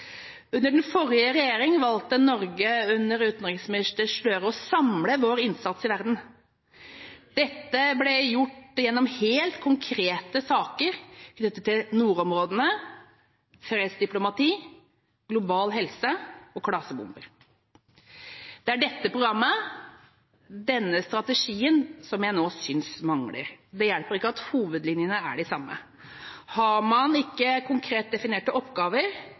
Under den forrige regjeringa valgte Norge under utenriksminister Gahr Støre å samle vår innsats i verden. Dette ble gjort gjennom helt konkrete saker knyttet til nordområdene, fredsdiplomati, global helse og klasebomber. Det er dette programmet, denne strategien, som jeg nå synes mangler. Det hjelper ikke at hovedlinjene er de samme. Har man ikke konkret definerte oppgaver,